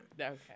Okay